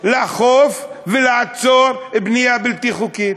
לאכוף ולעצור בנייה בלתי חוקית.